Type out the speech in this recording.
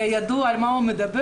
וידעו על מה הוא מדבר?